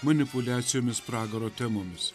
manipuliacijomis pragaro temomis